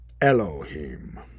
Elohim